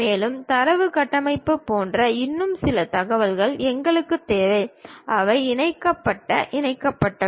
மேலும் தரவு கட்டமைப்புகள் போன்ற இன்னும் சில தகவல்கள் எங்களுக்குத் தேவை அவை இணைக்கப்பட்ட இணைக்கப்பட்டவை